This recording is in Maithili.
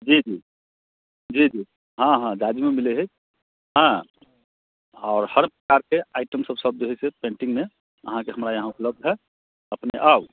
जी जी जी जी हाँ हाँ जाजिमो मिलै हय हाँ आओर हर प्रकारके आइटम सभ सभ जे हय से पैन्टिंगमे अहाँके हमरा इहाँ उपलब्ध हय अपने आउ